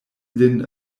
lin